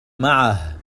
معه